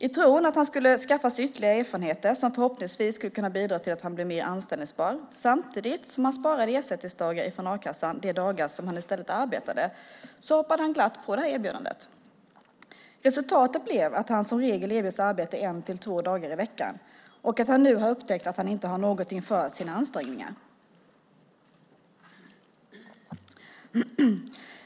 I tron att han skulle skaffa sig ytterligare erfarenheter som förhoppningsvis skulle kunna bidra till att han blev mer anställningsbar samtidigt som han sparade ersättningsdagar från a-kassan de dagar han i stället arbetade hoppade han glatt på erbjudandet. Resultatet blev att han som regel givits arbete en till två dagar i veckan och att han nu har upptäckt att han inte har någonting för sina ansträngningar.